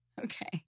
Okay